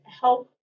help